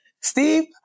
Steve